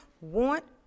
want